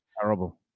terrible